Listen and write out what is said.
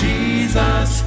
Jesus